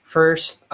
First